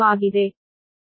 6 ಆಗಿದೆ